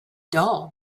doll